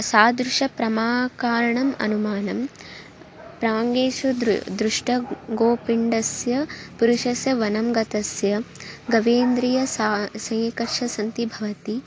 सादृशप्रमाकारणम् अनुमानं प्राङ्गेषु दृ दृष्ट गोपिण्डस्य पुरुषस्य वनं गतस्य गवेन्द्रियं सः सन्निकर्षः सन्धिः भवति